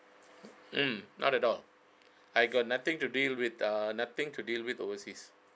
mm not at all I got nothing to deal with err nothing to deal with overseas